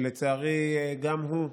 שלצערי גם הוא,